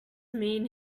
mean